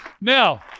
Now